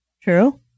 True